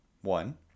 One